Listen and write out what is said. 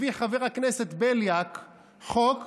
הביא חבר הכנסת בליאק חוק,